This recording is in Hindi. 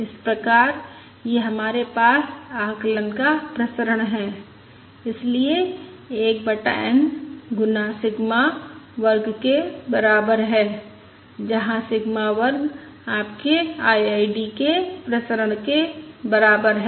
इस प्रकार यह हमारे पास आकलन का प्रसरण है इसलिए 1 बटा N गुना सिग्मा वर्ग के बराबर है जहां सिग्मा वर्ग आपके IID के प्रसरण के बराबर है